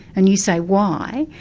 and you say, why?